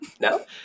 no